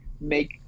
make